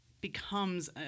becomes